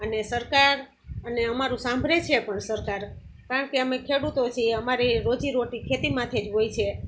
અને સરકાર અને અમારું સાંભળે છે પણ સરકાર કારણકે અમે ખેડૂતો છીએ અમારી રોજીરોટી ખેતીમાંથી જ હોય છે